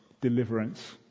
deliverance